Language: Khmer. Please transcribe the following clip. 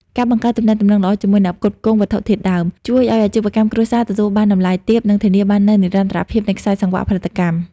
ការបង្កើតទំនាក់ទំនងល្អជាមួយអ្នកផ្គត់ផ្គង់វត្ថុធាតុដើម ជួយឱ្យអាជីវកម្មគ្រួសារទទួលបានតម្លៃទាប និងធានាបាននូវនិរន្តរភាពនៃខ្សែសង្វាក់ផលិតកម្ម។